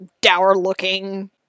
dour-looking